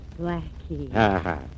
Blackie